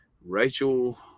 Rachel